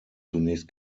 zunächst